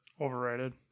Overrated